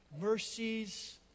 mercies